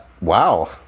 Wow